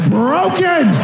broken